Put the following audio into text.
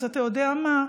אז אתה יודע מה,